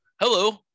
hello